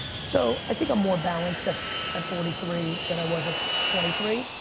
so i think i'm more balanced at at forty three than i was at twenty three